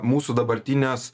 mūsų dabartinės